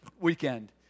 weekend